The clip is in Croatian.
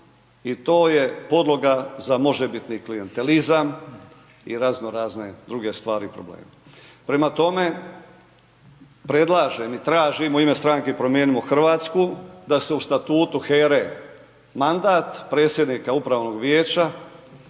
i to je podloga za možebitni klijentelizam i razno razne druge stvari i probleme. Prema tome, predlažem i tražim u ime stranke Promijenimo Hrvatsku, da se u statutu HERA-e mandat predsjednika Upravnog vijeća